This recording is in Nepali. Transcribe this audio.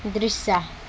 दृश्य